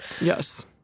Yes